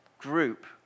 group